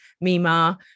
Mima